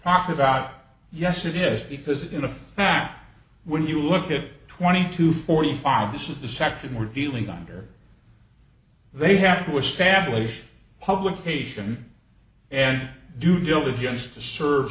talk about yes it is because in a fact when you look at twenty two forty five this is the section we're dealing under they have to establish publication and due diligence to serve